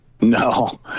No